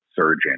surgeon